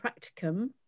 practicum